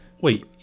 wait